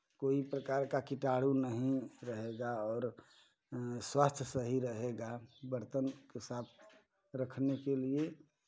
कोई प्रकार का किटाणु नहीं रहेगा और स्वास्थ्य सही रहेगा बर्तन को साफ रखने के लिये